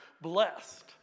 Blessed